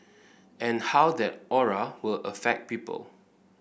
and how that aura will affect people